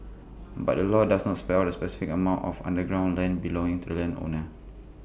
but the law does not spell out the specific amount of underground land belonging to the landowner